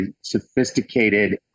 sophisticated